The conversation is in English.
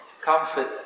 comfort